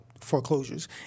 foreclosures